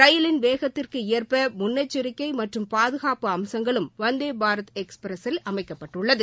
ரயிலின் வேகத்திற்கு ஏற்ப முன்னெச்சரிக்கை மற்றும் பாதுகாப்பு அம்சங்களும் வந்தே பாரத் எக்ஸ்பிரஸில் அமைக்கப்பட்டுள்ளது